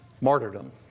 martyrdom